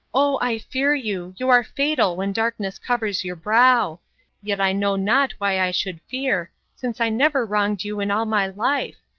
oh, i fear you you are fatal when darkness covers your brow yet i know not why i should fear, since i never wronged you in all my life.